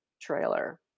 trailer